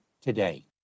today